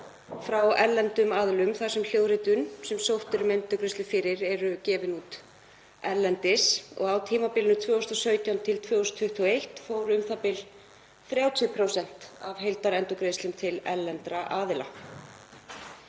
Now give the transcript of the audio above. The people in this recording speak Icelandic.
frá erlendum aðilum þar sem hljóðritun sem sótt er um endurgreiðslu fyrir er gefin út erlendis. Á tímabilinu 2017–2021 fóru u.þ.b. 30% af heildarendurgreiðslum til erlendra aðila.